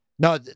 No